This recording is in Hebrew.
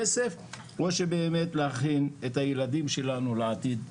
כסף, או באמת להכין את הילדים שלנו לעתיד הבא?